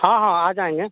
हाँ हाँ आ जाएँगे